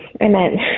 Amen